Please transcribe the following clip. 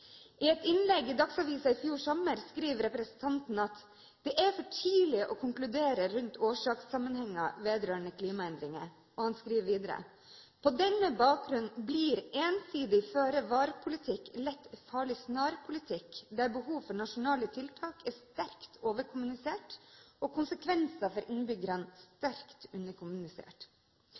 I et innlegg i Dagsavisen i fjor sommer skriver representanten: «Det er for tidlig å konkludere rundt årsakssammenhenger vedrørende klimaendringer.» Han skriver videre: «På denne bakgrunn blir ensidig føre-var politikk lett farlig-snar politikk der behov for nasjonale tiltak er sterkt overkommunisert og konsekvenser for innbyggerne sterkt underkommunisert.»